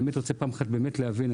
אני רוצה פעם אחת באמת להבין,